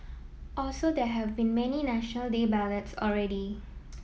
also there have been many National Day ballads already